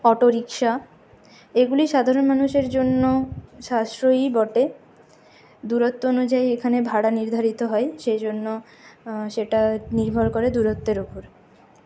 auto rickshaw এগুলি সাধারণ মানুষের জন্য সাশ্রয়ই বটে দূরত্ব অনুযায়ী এখানে ভাড়া নির্ধারিত হয় সেই জন্য সেটা নির্ভর করে দূরত্বের উপর